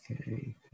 Okay